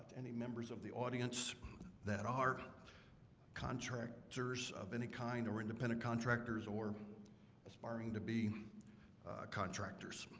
any members of the audience that are contractors of any kind or independent contractors or aspiring to be contractors,